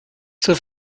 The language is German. zur